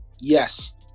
Yes